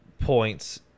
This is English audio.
points